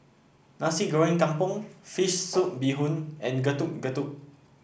Nasi Goreng Kampung fish soup Bee Hoon and Getuk Getuk